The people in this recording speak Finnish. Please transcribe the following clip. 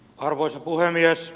arvoisa puhemies